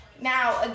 Now